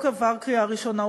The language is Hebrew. החוק עבר קריאה ראשונה,